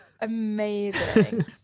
Amazing